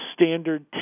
standard